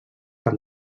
per